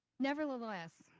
nevertheless,